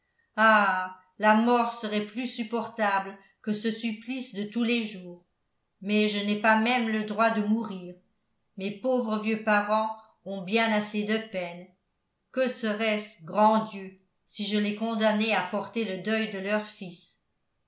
la mort serait plus supportable que ce supplice de tous les jours mais je n'ai pas même le droit de mourir mes pauvres vieux parents ont bien assez de peines que serait-ce grands dieux si je les condamnais à porter le deuil de leur fils